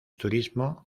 turismo